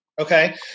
Okay